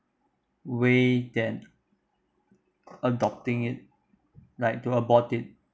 way than adopting it like to abort it